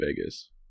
Vegas